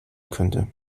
könnte